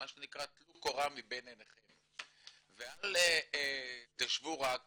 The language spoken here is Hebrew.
מה שנקרא, טלו קורה מבין עיניכם, ואל תשבו רק